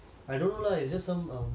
I don't know lah it's just some um